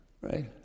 Right